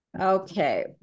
Okay